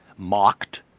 mocked,